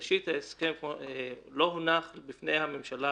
ראשית, ההסכם לא הונח בפני הממשלה.